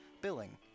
billing